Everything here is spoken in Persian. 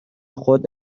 خود